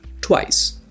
twice